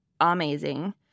amazing